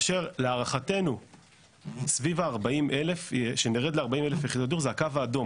כאשר להערכתנו כשנרד ל-40,000 יחידות דיור זה הקו האדום,